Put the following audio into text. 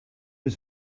was